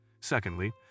Secondly